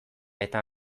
eta